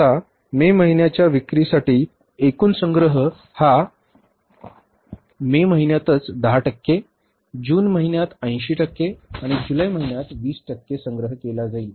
आता मे महिन्याच्या विक्रीसाठी एकूण संग्रह हा मे महिन्यातच 10 टक्के जून महिन्यात 80 टक्के आणि जुलै महिन्यात 20 टक्के संग्रह केला जाईल